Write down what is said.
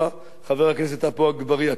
חבר הכנסת עפו אגבאריה, ככה כתוב,